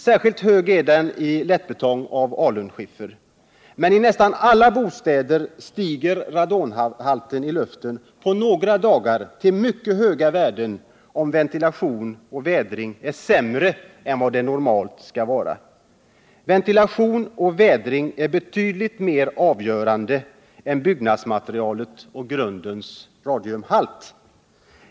Särskilt hög är den i lättbetong av alunskiffer. Men i nästan alla bostäder stiger radonhalten i luften på några dagar till mycket höga värden om ventilation och vädring är sämre än vad de normalt skall vara. Ventilationen och vädringen är betydligt mer avgörande än byggnadsmaterialet och grundens radiumhalt.